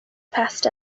passed